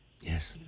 Yes